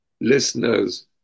listeners